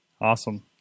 Awesome